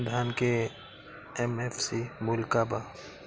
धान के एम.एफ.सी मूल्य का बा?